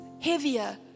heavier